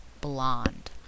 Blonde